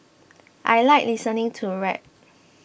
I like listening to rap